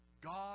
God